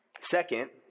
Second